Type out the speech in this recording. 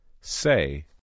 Say